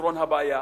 לפתרון הבעיה.